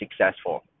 successful